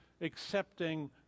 accepting